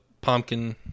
pumpkin